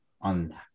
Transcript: on